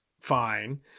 fine